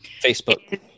Facebook